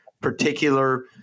particular